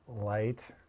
light